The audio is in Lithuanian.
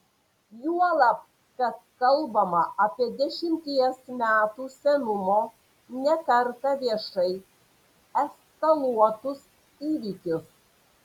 juolab kad kalbama apie dešimties metų senumo ne kartą viešai eskaluotus įvykius